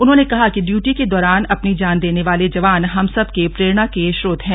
उन्होंने कहा कि ड्यूटी के दौरान अपनी जान देने वाले जवान हम सबके प्रेरणा के स्रोत हैं